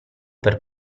per